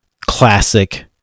classic